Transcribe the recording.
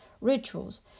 rituals